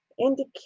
indicate